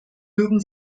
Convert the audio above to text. mögen